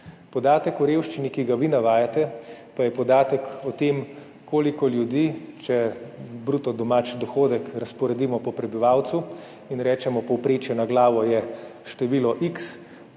Podatek o revščini, ki ga vi navajate, pa je podatek o tem, koliko ljudi, če bruto domači dohodek razporedimo po prebivalcu in rečemo, povprečje na glavo je število x,